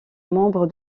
membre